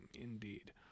indeed